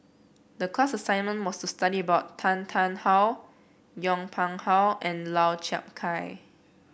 the class assignment was to study about Tan Tarn How Yong Pung How and Lau Chiap Khai